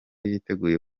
yiteguye